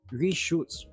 reshoots